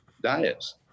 diets